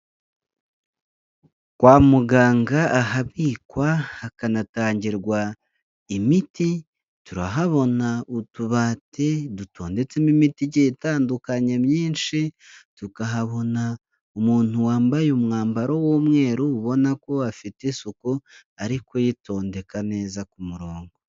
Kwa muganga ahabikwa hakanatangirwa, imiti, turahabona utubati dutondetsemo imiti igiye itandukanye myinshi, tukahabona, umuntu wambaye umwambaro w'umweru ubona ko afite isuku, ari kuyitondeka neza ku murongo.